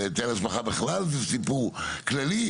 והיטל השבחה זה בכלל סיפור כללי.